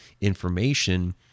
information